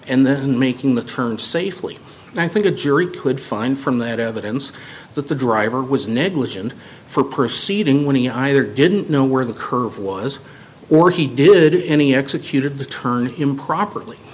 and then making the turn safely and i think a jury could find from that evidence that the driver was negligent for proceeding when he either didn't know where the curve was or he did it any executed the turn improperly